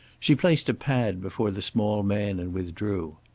she placed a pad before the small man and withdrew.